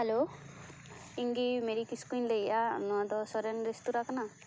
hello ᱤᱧ ᱜᱮ Mary ᱠᱤᱥᱠᱩᱧ ᱞᱟᱹᱭ ᱮᱫᱟ ᱱᱚᱣᱟ ᱫᱚ ᱥᱚᱨᱮᱱ ᱨᱮᱥᱛᱳᱨᱟ ᱠᱟᱱᱟ